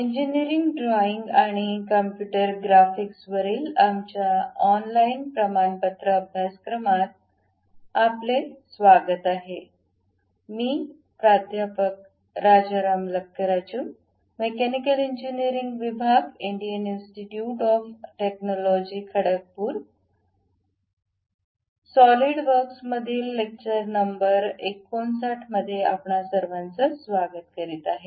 engineering drawing आणि computer graphics वरील आमच्या ऑनलाइन प्रमाणपत्र अभ्यासक्रमात आपले स्वागत आहे